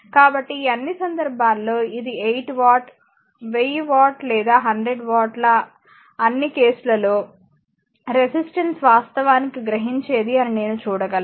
కాబట్టి ఈ అన్ని సందర్భాల్లో ఇది 8 వాట్ వెయ్యి వాట్ లేదా 100 వాట్ల అన్ని కేసుల లో రెసిస్టెన్స్ వాస్తవానికి గ్రహించేది అని నేను చూడగలను